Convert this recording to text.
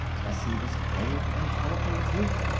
tessie was buoyant and colorful with youth.